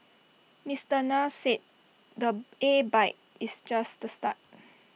Mister Nair said the A bike is just the start